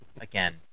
Again